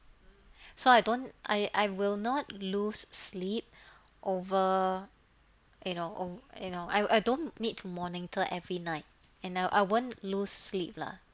so I don't I I will not lose sleep over you know oo you know I I don't need to monitor every night and now I won't lose sleep lah